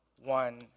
one